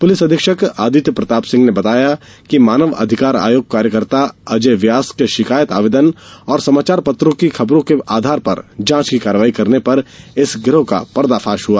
police अधीक्षक आदित्य प्रताप सिंह ने बताया की मानव अधिकार आयोग कार्यकर्ता अजय व्यास के शिकायत आवेदन और समाचार पत्रों की खबरो के आधार पर जांच की कार्यवाही करने पर इस गिरोह का पर्दाफाश हुआ